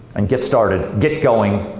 and get started get going,